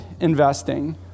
investing